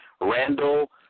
Randall